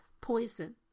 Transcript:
poison